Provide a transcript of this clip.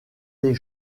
des